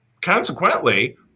consequently